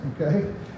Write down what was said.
okay